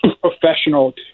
professional